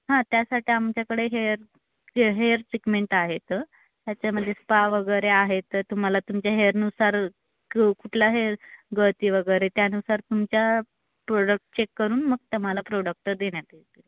हां त्यासाठी आमच्याकडे हेअर हेअर ट्रीटमेंट आहेत त्याच्यामध्ये स्पा वगैरे आहेत तुम्हाला तुमच्या हेअरनुसार क कुठला हेअर गळती वगैरे त्यानुसार तुमच्या प्रोडक्ट चेक करून मग तुम्हाला प्रोडक्ट देण्यात येतील